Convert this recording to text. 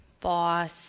boss